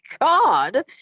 God